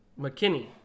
McKinney